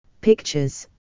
pictures